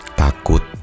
takut